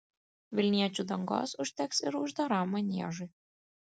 vilniečių dangos užteks ir uždaram maniežui